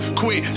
quit